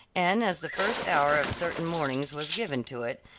and as the first hour of certain mornings was given to it,